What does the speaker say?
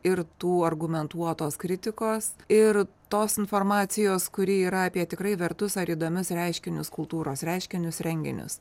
ir tų argumentuotos kritikos ir tos informacijos kuri yra apie tikrai vertus ar įdomius reiškinius kultūros reiškinius renginius